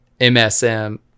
msm